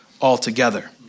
altogether